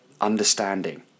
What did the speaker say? understanding